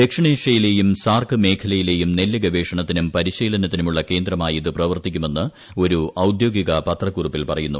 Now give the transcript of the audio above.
ദക്ഷിണേഷ്യയിലെയും SAARC മേഖലയിലെയും നെല്ല് ഗവേഷണത്തിനും പരിശീലനത്തിനുമുള്ള കേന്ദ്രമായി ഇത് പ്രവർത്തിക്കുമെന്ന് ഒരു ഔദ്യോഗിക പത്രക്കുറിപ്പിൽ പറയുന്നു